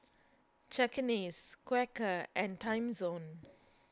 Cakenis Quaker and Timezone